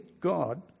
God